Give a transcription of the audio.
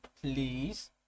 please